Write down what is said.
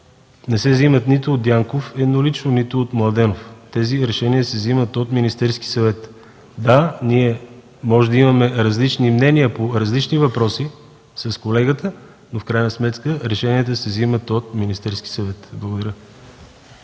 не се вземат нито от Дянков еднолично, нито от Младенов. Тези решения се вземат от Министерския съвет. Да, ние може да имаме различни мнения по различни въпроси с колегата, но в крайна сметка решенията се вземат от Министерския съвет. Благодаря.